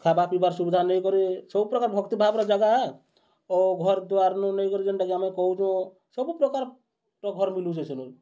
ଖାଏବା ପିଇବାର୍ ସୁବିଧା ନେଇକରି ସବୁପ୍ରକାର୍ ଭକ୍ତି ଭାବ୍ର ଜାଗା ଏ ଘର୍ ଦ୍ୱାର୍ନୁ ନେଇକରି ଯେନ୍ଟାକି ଆମେ କହୁଚୁଁ ସବୁପ୍ରକାର୍ର ଘର୍ ମିଲ୍ସି ସେନୁ